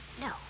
no